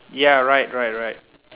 ya right right right